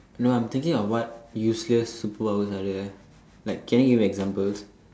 no I'm thinking of what useless superpowers are there like can you give me examples